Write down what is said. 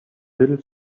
little